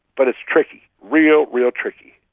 but it's tricky, real, real tricky.